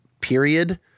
period